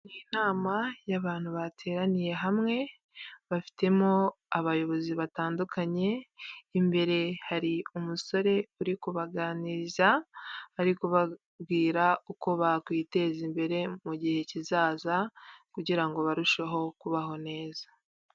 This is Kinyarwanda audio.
Inama y'abantu bateraniye hamwe, bafitemo abayobozi batandukanye, imbere hari umusore uri kubaganiriza ari kubabwira uko bakwiteza imbere mu gihe kizaza, kugira ngo barusheho kubaho neza.